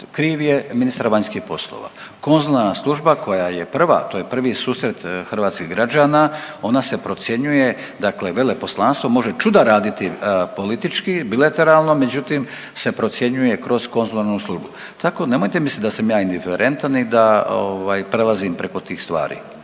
kriv je ministar vanjskih poslova. Konzularna služba koja je prva, to je prvi susret hrvatskih građana, ona se procjenjuje dakle veleposlanstvo može čuda raditi politički, bilateralno, međutim, se procjenjuje kroz konzularnu uslugu. Tako, nemojte misliti da sam ja indiferentan i da ovaj, prelazim preko tih stvari.